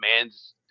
man's